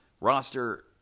Roster